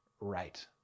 right